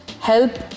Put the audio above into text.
help